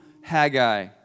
Haggai